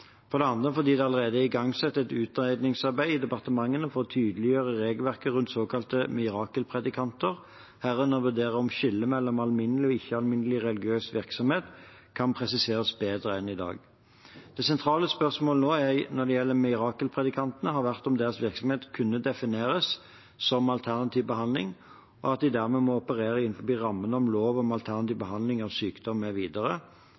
for det andre fordi det allerede er igangsatt et utredningsarbeid i departementene for å tydeliggjøre regelverket rundt såkalte mirakelpredikanter, herunder å vurdere om skillet mellom alminnelig og ikke-alminnelig religiøs virksomhet kan presiseres bedre enn i dag. Det sentrale spørsmålet når det gjelder mirakelpredikantene, har vært om deres virksomhet kunne defineres som alternativ behandling, og at de dermed måtte operere innenfor rammene av lov om alternativ